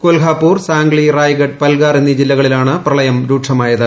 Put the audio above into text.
കൊൽഹാപൂർ സാംഗ്ലി റായ്ഗഡ് പൽഗാർ എന്നീ ജില്ലകളിലാണ് പ്രളയം രൂക്ഷമായത്